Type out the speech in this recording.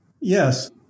Yes